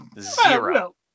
Zero